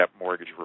mortgage